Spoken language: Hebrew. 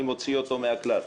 אני מוציא אותו מן הכלל.